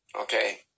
Okay